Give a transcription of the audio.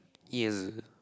yes